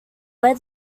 where